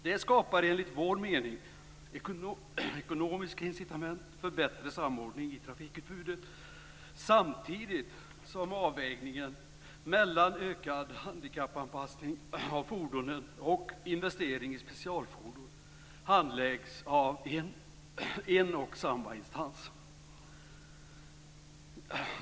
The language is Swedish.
Det skapar enligt vår mening ekonomiska incitament för bättre samordning i trafikutbudet, samtidigt som avvägningen mellan ökad handikappanpassning av fordonen och investering i specialfordon handläggs av en och samma instans.